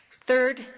Third